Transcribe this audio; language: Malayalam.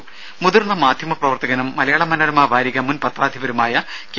രംഭ മുതിർന്ന മാധ്യമപ്രവർത്തകനും മലയാള മനോരമ വാരിക മുൻ പത്രാധിപരുമായ കെ